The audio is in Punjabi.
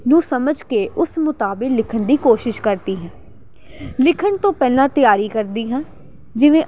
ਨੂੰ ਸਮਝ ਕੇ ਉਸ ਮੁਤਾਬਿਕ ਲਿਖਣ ਦੀ ਕੋਸ਼ਿਸ਼ ਕਰਦੀ ਹਾਂ ਲਿਖਣ ਤੋਂ ਪਹਿਲਾਂ ਤਿਆਰੀ ਕਰਦੀ ਹਾਂ ਜਿਵੇਂ